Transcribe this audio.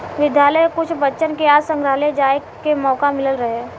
विद्यालय के कुछ बच्चन के आज संग्रहालय जाए के मोका मिलल रहे